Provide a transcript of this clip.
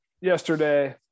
yesterday